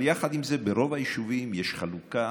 יחד עם זה, ברוב היישובים יש חלוקה